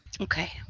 Okay